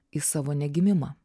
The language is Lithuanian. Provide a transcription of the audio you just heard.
į savo negimimą